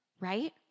right